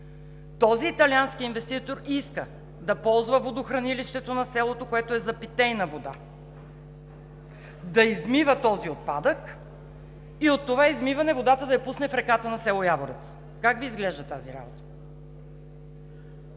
Този италиански инвеститор иска да ползва водохранилището на селото, което е за питейна вода, да измива този отпадък и от това измиване да пусне водата в реката на село Яворец. Как Ви изглежда тази работа: